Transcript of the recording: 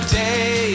day